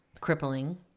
crippling